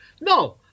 No